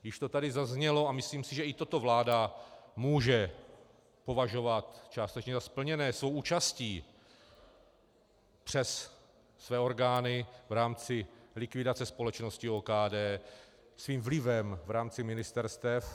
Již to tady zaznělo a myslím si, že i toto vláda může považovat částečně za splněné svou účastí přes své orgány v rámci likvidace společnosti OKD, svým vlivem v rámci ministerstev.